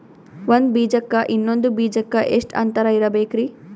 ಒಂದ್ ಬೀಜಕ್ಕ ಇನ್ನೊಂದು ಬೀಜಕ್ಕ ಎಷ್ಟ್ ಅಂತರ ಇರಬೇಕ್ರಿ?